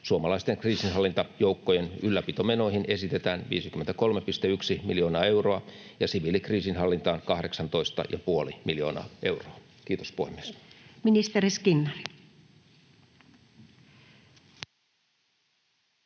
Suomalaisten kriisinhallintajoukkojen ylläpitomenoihin esitetään 53,1 miljoonaa euroa ja siviilikriisinhallintaan 18,5 miljoonaa euroa. — Kiitos, puhemies.